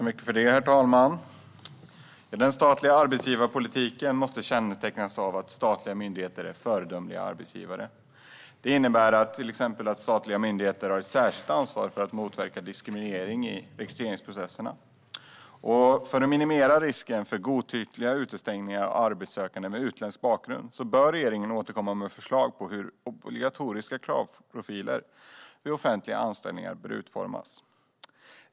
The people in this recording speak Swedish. Herr talman! Den statliga arbetsgivarpolitiken måste kännetecknas av att statliga myndigheter är föredömliga arbetsgivare. Det innebär till exempel att statliga myndigheter har ett särskilt ansvar att motverka diskriminering i rekryteringsprocesserna. För att minimera risken för godtyckliga utestängningar av arbetssökande med utländsk bakgrund bör regeringen återkomma med förslag på hur obligatoriska kravprofiler vid offentliga anställningar bör utformas.